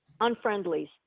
unfriendlies